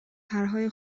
پرهای